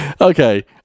Okay